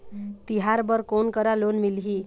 तिहार बर कोन करा लोन मिलही?